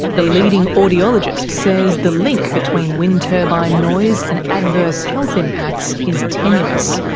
a leading audiologist says the link between wind turbine noise and adverse health impacts is tenuous.